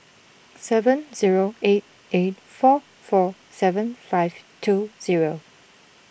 seven zero eight eight four four seven five two zero